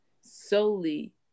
solely